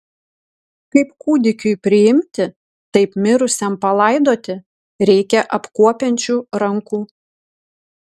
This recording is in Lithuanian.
kaip kūdikiui priimti taip mirusiam palaidoti reikia apkuopiančių rankų